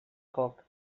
coc